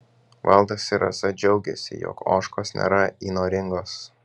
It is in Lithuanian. valdas ir rasa džiaugiasi jog ožkos nėra įnoringos